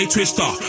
Twister